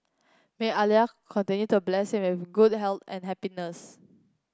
may Allah continue to bless him with good health and happiness